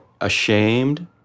ashamed